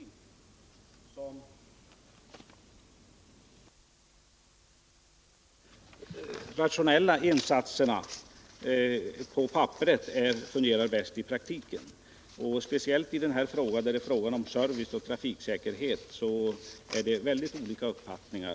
Sedan är det ju inte alltid så att de insatser som är rationellast på papperet fungerar bäst i praktiken. Speciellt i den här frågan där det gäller service och trafiksäkerhet är det väldigt olika uppfattningar.